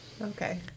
Okay